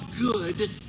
Good